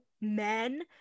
men